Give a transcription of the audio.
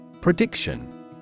Prediction